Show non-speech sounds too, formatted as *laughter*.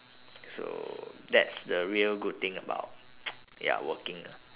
so that's the real good thing about *noise* ya working ah